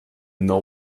know